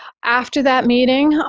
after that meeting,